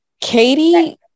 Katie